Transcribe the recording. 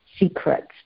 secrets